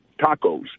tacos